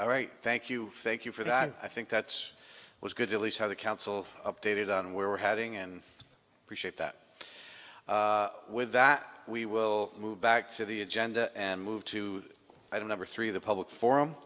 all right thank you thank you for that i think that's was good at least how the council updated on where we're heading and appreciate that with that we will move back to the agenda and move to i don't number three the public forum